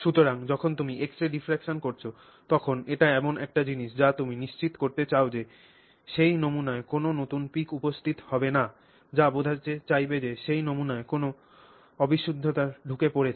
সুতরাং যখন তুমি X ray diffraction করছ তখন এটি এমন একটি জিনিস যা তুমি নিশ্চিত করতে চাও যে সেই নমুনায় কোনও নতুন peak উপস্থিত হবে না যা বোঝাতে চাইবে যে সেই নমুনায় কোনও অবিশুদ্ধতা ধুকে পড়েছে